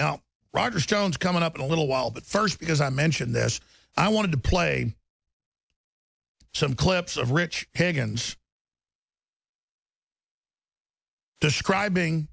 now rodgers jones coming up in a little while but first because i mentioned this i wanted to play some clips of rich higgens describing